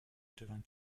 devint